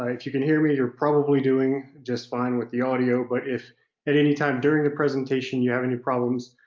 ah if you can hear me, you're probably doing just fine with the audio, but if at any time during the presentation you have any problems,